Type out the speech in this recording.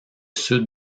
sud